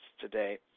today